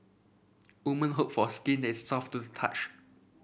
woman hope for skin is soft to touch